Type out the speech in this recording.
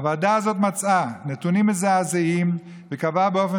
הוועדה הזאת מצאה נתונים מזעזעים וקבעה באופן